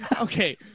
Okay